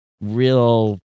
real